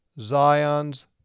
Zion's